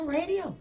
radio